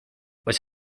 was